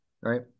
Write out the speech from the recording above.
right